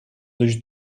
dość